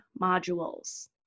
modules